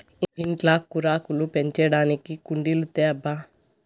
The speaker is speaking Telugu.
ఇంట్ల కూరాకులు పెంచడానికి కుండీలు తేబ్బా